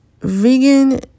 vegan